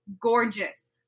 Gorgeous